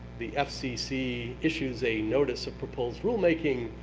the fcc issues a notice of proposed rulemaking,